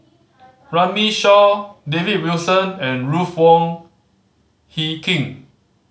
Runme Shaw David Wilson and Ruth Wong Hie King